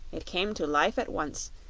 it came to life at once,